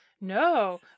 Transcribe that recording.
no